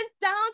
down